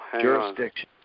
jurisdiction